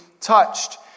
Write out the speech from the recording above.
touched